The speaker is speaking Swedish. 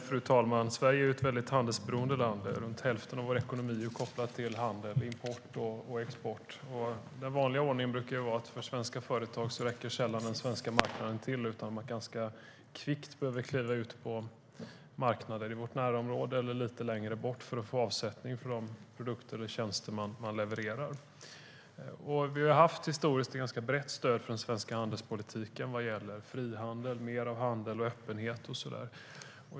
Fru talman! Sverige är ett väldigt handelsberoende land. Runt hälften av vår ekonomi är kopplad till handel, import och export. Den vanliga ordningen för svenska företag är att den svenska marknaden sällan räcker till. Man brukar ganska kvickt behöva kliva ut på marknader i vårt närområde eller lite längre bort för att få avsättning för de produkter eller tjänster man levererar. Vi har historiskt haft ett ganska brett stöd för den svenska handelspolitiken vad gäller frihandel, mer av handel och öppenhet och så vidare.